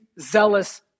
zealous